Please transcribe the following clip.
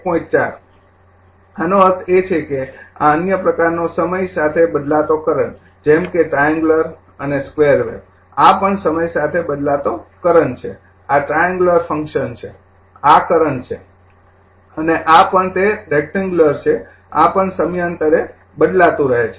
૪ આનો અર્થ એ કે આ અન્ય પ્રકારનો સમય સાથે બદલાતો કરંટ જેમ કે ટ્રાઈએંગૂલરઅને સ્કેવેર વેવ આ પણ સમય સાથે બદલાતો કરંટ છે આ ટ્રાઈએંગૂલર ફંકશનછે આ કરંટ છે અને આ પણ તે રેકટેગ્યુલર છે આ પણ સમયાંતરે બદલાતું રહે છે